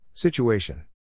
Situation